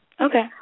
Okay